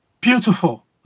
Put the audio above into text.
beautiful